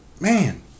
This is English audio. man